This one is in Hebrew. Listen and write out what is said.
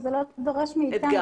זה לא דורש מאיתנו,